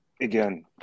Again